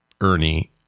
Ernie